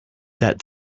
that